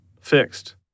fixed